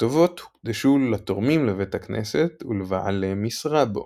הכתובות הוקדשו לתורמים לבית הכנסת ולבעלי משרה בו.